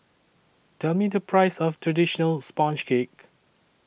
Tell Me The Price of Traditional Sponge Cake